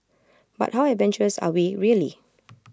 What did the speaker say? but how adventurous are we really